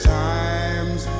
times